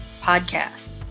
podcast